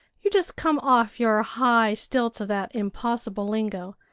you just come off your high stilts of that impossible lingo,